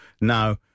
now